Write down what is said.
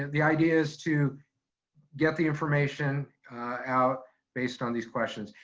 the idea is to get the information out based on these questions.